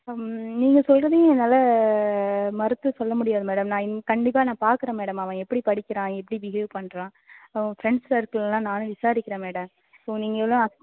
ம் நீங்கள் சொல்லுறதையும் என்னால் மறுத்து சொல்ல முடியாது மேடம் நான் கண்டிப்பாக நான் பார்க்குறேன் மேடம் அவன் எப்படி படிக்கிறான் எப்படி பிஹேவ் பண்ணுறான் அவன் ஃப்ரெண்ட்ஸ் சர்குள் எல்லாம் நானும் விசாரிக்கிறேன் மேடம் ஸோ நீங்கள் எல்லாம்